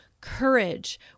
courage